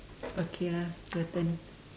okay lah your turn